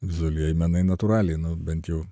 vizualieji menai natūraliai nu bent jau